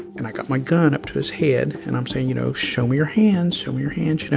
and i got my gun up to his head. and i'm saying, you know, show me your hands. show me your hands, you know.